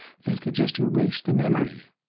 they could just erase the memory.